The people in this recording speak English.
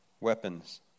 weapons